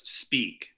speak